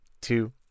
two